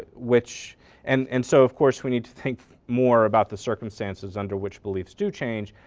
which and and so of course we need to think more about the circumstances under which beliefs do change.